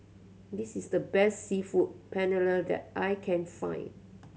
this is the best Seafood Paella that I can find